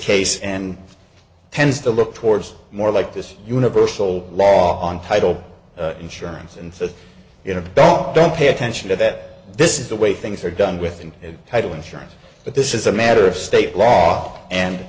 case and tends to look towards more like this universal law on title insurance and so you know about don't pay attention to that this is the way things are done with and title insurance but this is a matter of state law and